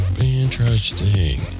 Interesting